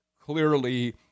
clearly